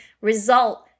result